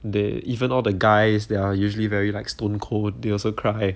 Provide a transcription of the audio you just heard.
they even all the guys they're usually very like stone cold they also cry